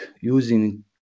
using